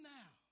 now